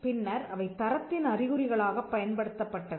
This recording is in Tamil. பின்னர் அவை தரத்தின் அறிகுறிகளாகப் பயன்படுத்தப்பட்டன